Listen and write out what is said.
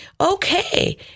okay